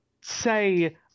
say